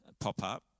pop-up